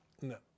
No